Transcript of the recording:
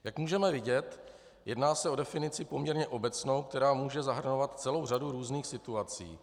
Jak můžeme vidět, jedná se o definici poměrně obecnou, která může zahrnovat celou řadu různých situací.